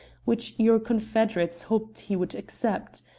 which your confederates hoped he would accept.